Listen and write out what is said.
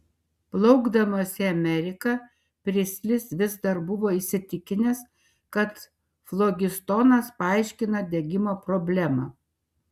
plaukdamas į ameriką pristlis vis dar buvo įsitikinęs kad flogistonas paaiškina degimo problemą